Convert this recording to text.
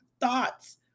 thoughts